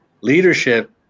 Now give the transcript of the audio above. leadership